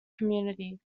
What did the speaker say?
community